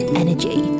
energy